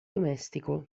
domestico